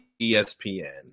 ESPN